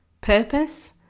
purpose